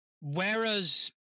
Whereas